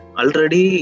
already